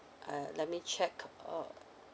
uh let me check uh